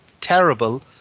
terrible